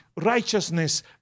righteousness